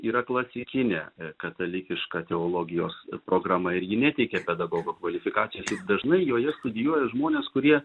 yra klasikinė katalikiška teologijos programa ir ji neteikia pedagogo kvalifikacijos dažnai joje studijuoja žmonės kurie